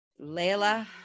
Layla